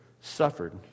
suffered